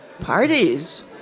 Parties